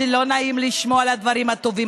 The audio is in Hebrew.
שלא נעים לשמוע על הדברים הטובים.